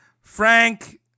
Frank